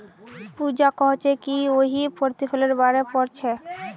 पूजा कोहछे कि वहियं प्रतिफलेर बारे पढ़ छे